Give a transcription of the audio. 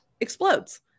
explodes